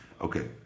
Okay